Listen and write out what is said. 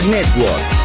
Network